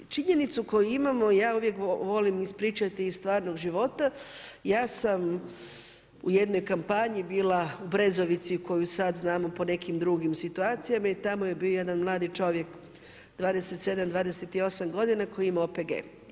Činjenicu koju imamo, ja uvijek volim ispričati iz stvarnog života, ja sam u jednoj kampanji bila u Brezovici u koju sad znamo po nekim drugim situacijama i tamo je bio jedan mladi čovjek 27-28 godina koji je imao OPG.